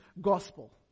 gospel